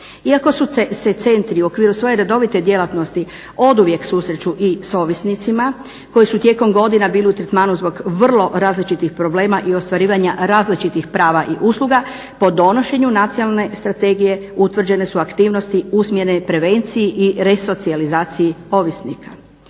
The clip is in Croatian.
Iako su se centri u okviru svoje redovite djelatnosti oduvijek susreću i s ovisnicima koji su tijekom godina bili u tretmanu zbog vrlo različitih problema i ostvarivanja različitih prava i usluga po donošenju Nacionalne strategije utvrđene su aktivnosti usmjerene prevenciji i resocijalizaciji ovisnika.